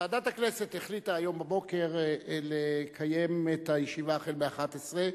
ועדת הכנסת החליטה היום בבוקר לקיים את הישיבה החל מ-11:00,